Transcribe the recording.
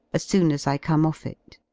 as soon as i come off it.